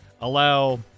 allow